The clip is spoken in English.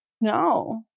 No